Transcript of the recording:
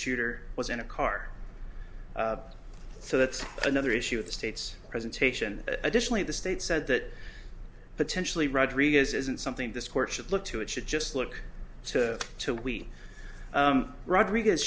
shooter was in a car so that's another issue of the state's presentation additionally the state said that potentially rodriguez isn't something this court should look to it should just look to two week rodriquez